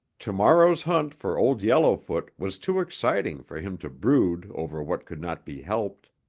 tomorrow's hunt for old yellowfoot was too exciting for him to brood over what could not be helped.